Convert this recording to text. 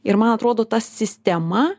ir man atrodo ta sistema